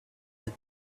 but